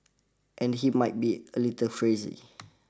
and he might be a little crazy